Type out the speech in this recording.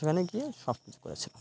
সেখানে গিয়ে সব কিছু করেছিল